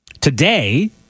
Today